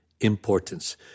importance